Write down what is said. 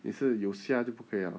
你是有虾就不可以 liao